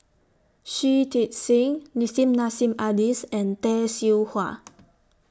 Shui Tit Sing Nissim Nassim Adis and Tay Seow Huah